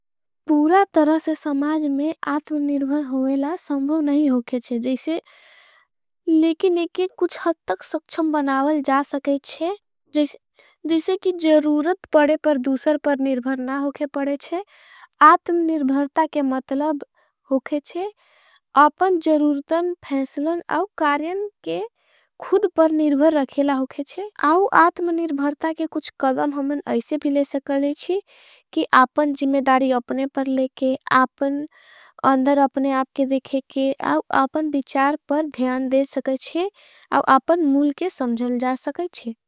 पूरा तरह से समाज में आत्मनिर्भर होगेला संभव नहीं होगे। जैसे लेकिन एक कुछ हद तक सक्षम बनावल जा सके। जैसे जैसे कि जरूरत पड़े पर दूसर पर निर्भर ना होगे। पड़े जैसे आत्मनिर्भरता के मतलब होगे जैसे आपन। जरूरतन फैसलन आउ कारियन के खुद पर निर्भर। रखेला होगे जैसे आउ आत्मनिर्भरता के कुछ कदम। हमन ऐसे भी ले सकले जैसे कि आपन जिमेदारी अपने। पर लेकेआपन अंदर अपने आपके देखेके आउ आपन। बिचार पर ध्यान दे सकेचे आपन मूल के समझल जा सकेचे।